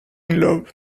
love